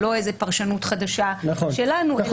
זה לא איזו פרשנות חדשה שלנו אלא זאת ההתייחסות.